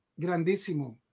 grandísimo